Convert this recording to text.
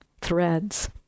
threads